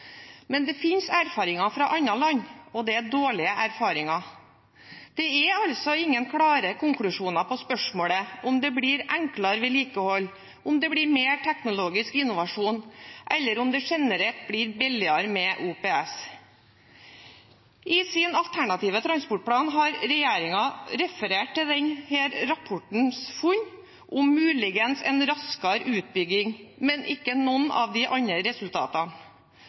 Men det finnes erfaringer fra andre land, og det er dårlige erfaringer. Det er altså ingen klare konklusjoner på spørsmålet om hvorvidt det blir enklere vedlikehold, om det blir mer teknologisk innovasjon, eller om det generelt blir billigere med OPS. I sin alternative transportplan har regjeringen referert til denne rapportens funn om en muligens raskere utbygging, men ikke til noen av de andre resultatene.